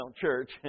church